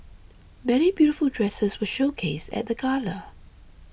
many beautiful dresses were showcased at the gala